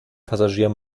passagier